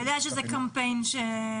אתה יודע שזה קמפיין מוכוון.